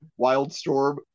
Wildstorm